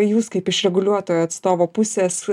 jūs kaip iš reguliuotojo atstovo pusės